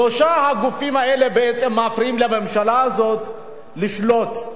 שלושת הגופים האלה מפריעים לממשלה הזאת לשלוט.